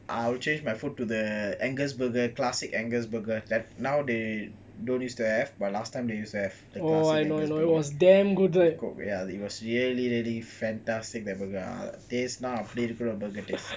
I'll change my food to the angus burger classic angus burger that now they don't use to have but last time they use have the classic angus burger with coke ya it was really really fantastic that burger அப்டிஇருக்கனும்:apdi irukanum burger taste